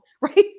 Right